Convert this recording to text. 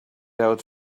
out